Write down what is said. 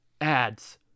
Ads